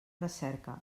recerca